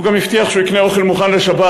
הוא גם הבטיח שיקנה אוכל מוכן לשבת.